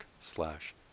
slash